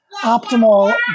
optimal